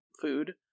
food